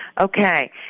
okay